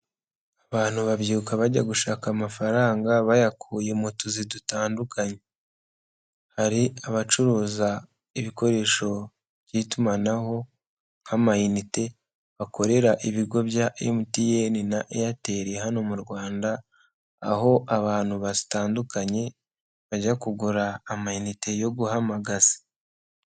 Abantu babyuka bajya gushaka amafaranga bayakuye mu tuzi dutandukanye. Hari abacuruza ibikoresho by'itumanaho nk'amainite bakorera ibigo bya MTN na Airtel hano mu rwanda, aho abantu batandukanye bajya kugura amainite yo guhamagaza.